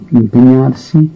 impegnarsi